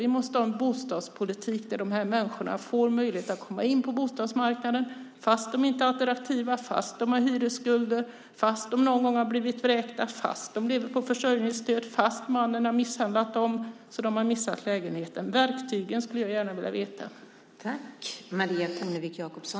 Vi måste ha en bostadspolitik där de här människorna får möjlighet att komma in på bostadsmarknaden fast de inte är attraktiva, fast de har hyresskulder, fast de någon gång har blivit vräkta, fast de lever på försörjningsstöd och fast mannen har misshandlat dem så att de har mist lägenheten. Jag skulle gärna vilja veta något om verktygen.